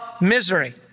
misery